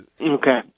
Okay